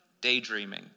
daydreaming